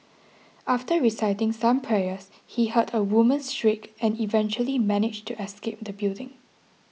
after reciting some prayers he heard a woman's shriek and eventually managed to escape the building